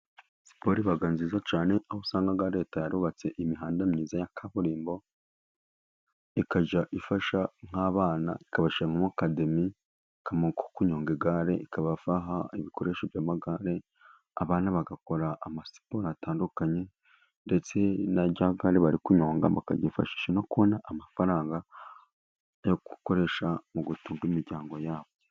Siporo iba nziza cyane, aho usanga Leta yarubatse imihanda myiza ya kaburimbo, ikajya ifasha nk'abana, ikabashyira nko mu kademi ko kunyonga igare, ikabaha ibikoresho by'amagare. Abana bagakora amasiporo atandukanye, ndetse na rya gare bari kunyonga, bakaryifashisha no kubona amafaranga yo gukoresha mu gutunga imiryango yabo.